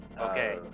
Okay